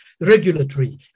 regulatory